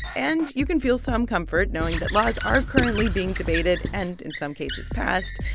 and you can feel some comfort knowing that laws are currently being debated and, in some cases, passed,